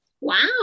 Wow